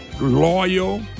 loyal